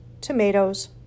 tomatoes